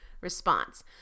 response